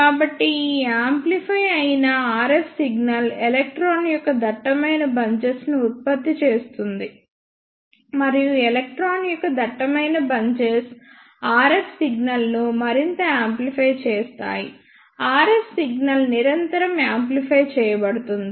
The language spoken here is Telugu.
కాబట్టి ఈ యాంప్లిఫై అయిన RF సిగ్నల్ ఎలక్ట్రాన్ యొక్క దట్టమైన బంచెస్ ను ఉత్పత్తి చేస్తుంది మరియు ఎలక్ట్రాన్ యొక్క దట్టమైన బంచెస్ RF సిగ్నల్ను మరింత యాంప్లిఫై చేస్తాయి RF సిగ్నల్ నిరంతరం యాంప్లిఫై చేయబడుతుంది